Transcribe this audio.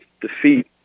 defeat